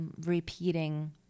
repeating